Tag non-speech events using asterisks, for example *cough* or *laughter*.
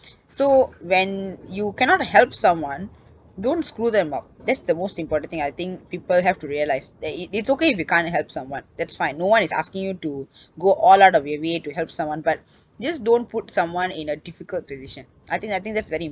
so when you cannot help someone don't screw them up that's the most important thing I think people have to realise that it~ it's okay if you can't help someone that's fine no one is asking you to go all out of your way to help someone but *breath* just don't put someone in a difficult position I think I think that's very